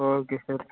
okay sir